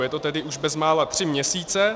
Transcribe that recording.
Je to tedy už bezmála tři měsíce.